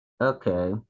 Okay